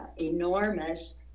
enormous